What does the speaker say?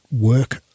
work